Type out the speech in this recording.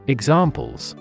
Examples